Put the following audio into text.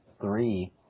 three